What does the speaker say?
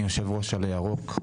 אני יושב ראש עלה ירוק.